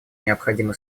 необходимы